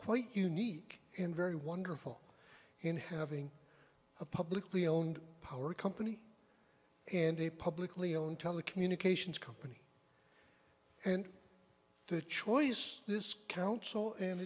quite unique and very wonderful in having a publicly owned power company and a publicly owned telecommunications company and the choices this council and